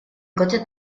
cotxet